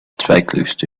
zweitgrößte